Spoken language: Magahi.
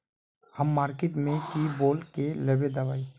हम मार्किट में की बोल के लेबे दवाई?